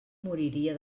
moriria